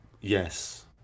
Yes